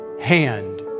hand